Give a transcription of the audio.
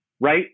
right